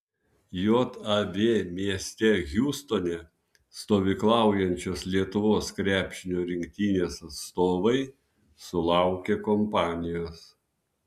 jav mieste hjustone stovyklaujančios lietuvos krepšinio rinktinės atstovai sulaukė kompanijos